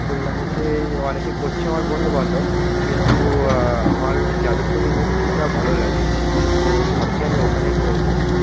কল্যাণীতে অনেকে করছে আমার বন্ধুবান্ধব কিন্তু আমার যাদবপুর ইউনিভার্সিটিটা ভালো লাগে তো ভাবছি আমি ওখানেই করবো